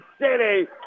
City